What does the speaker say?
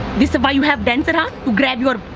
this is why you have dancer, huh? to grab your.